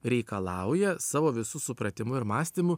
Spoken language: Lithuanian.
reikalauja savo visu supratimu ir mąstymu